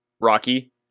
Rocky